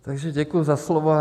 Takže děkuji za slovo.